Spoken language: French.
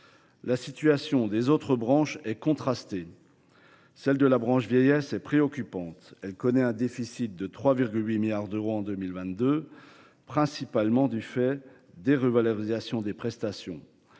La situation des autres branches est contrastée. Celle de la branche vieillesse est préoccupante : elle connaît un déficit de 3,8 milliards d’euros en 2022, principalement du fait des revalorisations des prestations.